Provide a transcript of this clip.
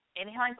Inhaling